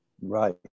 Right